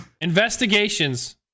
Investigations